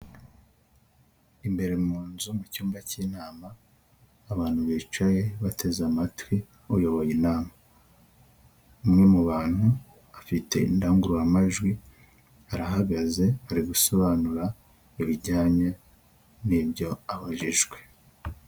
Imbere mu nzu mu cyumba cy'inama, abantu bicaye bateze amatwi uyoboye inama. Umwe mu bantu afite indangururamajwi arahagaze ari gusobanura ibijyanye n'ibyo abajijwe.